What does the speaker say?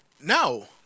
No